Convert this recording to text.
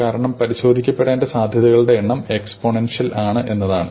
കാരണം പരിശോധിക്കപ്പെടേണ്ട സാധ്യതകളുടെ എണ്ണം എക്സ്പോണൻഷ്യൽ ആണ് എന്നതാണ്